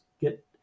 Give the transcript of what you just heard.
get